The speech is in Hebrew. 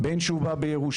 בין שהוא בא בירושה,